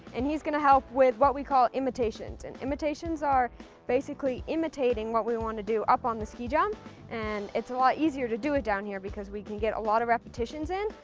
and he's gonna help with what we call imitations. and imitations are basically imitating what we want to do up on the ski jump and it's a lot easier to do it down here because we can get a lot of repetitions in,